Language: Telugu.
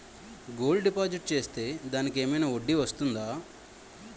గోల్డ్ డిపాజిట్ చేస్తే దానికి ఏమైనా వడ్డీ వస్తుందా?